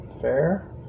Fair